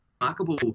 remarkable